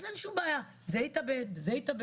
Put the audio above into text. אז אין שום בעיה, זה יתאבד, וזה יתאבד.